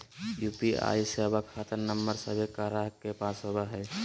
UPI सेवा खता नंबर सभे गाहक के पास होबो हइ